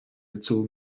gezogen